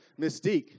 Mystique